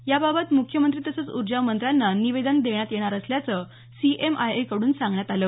याबाबत मुख्यमंत्री तसंच ऊर्जा मंत्र्यांना निवेदन देण्यात येणार असल्याचं सीएमआयएकड्रन सांगण्यात आलं